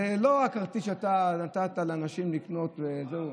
זה לא הכרטיס שאתה נתת לאנשים לקנות וזהו.